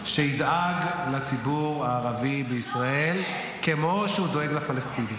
שידאג לציבור הערבי בישראל כמו שהוא דואג לפלסטיני.